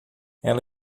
ela